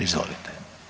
Izvolite.